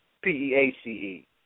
P-E-A-C-E